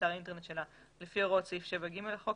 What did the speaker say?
באתר האינטרנט שלה לפי הוראות סעיף 7ג3 לחוק,